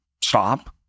stop